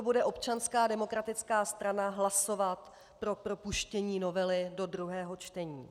Proto bude Občanská demokratická strana hlasovat pro propuštění novely do druhého čtení.